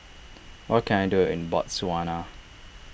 what can I do in Botswana